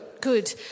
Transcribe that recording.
good